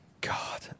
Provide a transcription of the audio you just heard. God